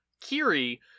Kiri